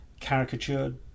caricatured